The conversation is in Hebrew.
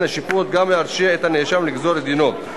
השיפוט גם להרשיע את הנאשם ולגזור את דינו.